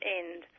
end